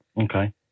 Okay